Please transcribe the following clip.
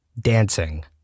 Dancing